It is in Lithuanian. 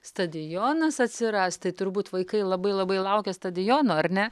stadionas atsiras tai turbūt vaikai labai labai laukia stadiono ar ne